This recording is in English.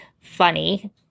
Funny